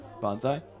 bonsai